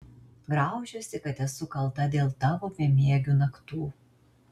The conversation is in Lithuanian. graužiuosi kad esu kalta dėl tavo bemiegių naktų